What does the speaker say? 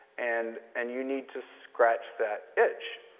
and and you need to scratch that itch.